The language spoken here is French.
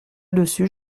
dessus